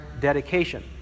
dedication